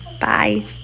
Bye